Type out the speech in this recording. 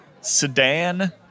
Sedan